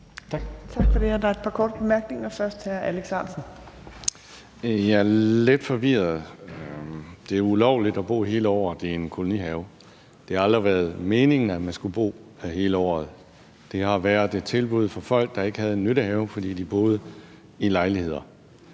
Jeg er lidt forvirret. Det er ulovligt at bo hele året i en kolonihave. Det har aldrig været meningen, at man skulle bo der hele året. Det har været et tilbud for folk, der ikke havde en nyttehave, fordi de boede i lejligheder.